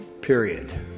period